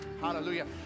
Hallelujah